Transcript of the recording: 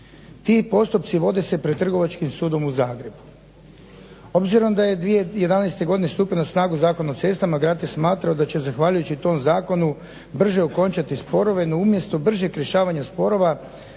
Ti postupci vode se pred Trgovačkim sudom u Zagrebu. Obzirom da je 2011. godine stupio na snagu Zakon o cestama, grad je smatrao da će zahvaljujući tom zakonu brže okončati sporove, no umjesto bržeg rješavanja sporova,